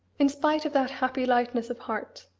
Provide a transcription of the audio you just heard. in spite of that happy lightness of heart,